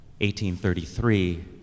1833